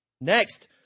Next